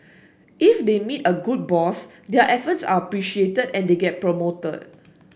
if they meet a good boss their efforts are appreciated and they get promoted